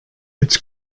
its